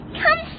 come